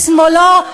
לשמאלו,